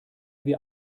wir